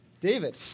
David